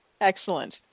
Excellent